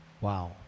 Wow